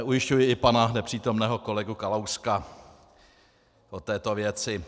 Ujišťuji i pana nepřítomného kolegu Kalouska o této věci.